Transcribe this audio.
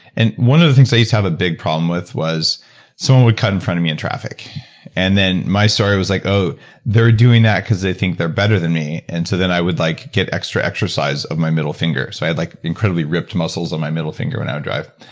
and one of the things i used to have a big problem with was someone would cut in front of me in traffic and then my story was like they're doing that because they think they're better than me, and so then i would like get extra exercise of my middle finger, so i had like incredibly ripped muscles on my middle finger when i would drive